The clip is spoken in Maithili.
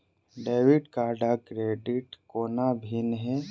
डेबिट कार्ड आ क्रेडिट कोना भिन्न है?